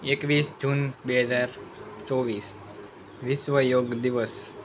એકવીસ જૂન બે હજાર ચોવીસ વિશ્વ યોગ દિવસ